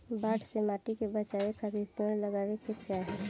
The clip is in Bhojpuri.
बाढ़ से माटी के बचावे खातिर पेड़ लगावे के चाही